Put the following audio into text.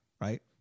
Right